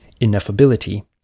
ineffability